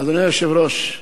אדוני היושב-ראש,